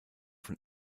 von